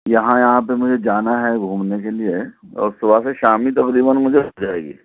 یہاں یہاں پہ مجھے جانا ہے گُھومنے کے لئے اور صُبح سے شام ہی تقریباً مجھے ہو جائے گی